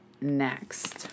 next